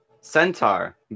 Centaur